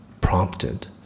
prompted